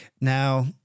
Now